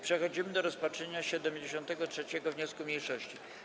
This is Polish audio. Przechodzimy do rozpatrzenia 73. wniosku mniejszości.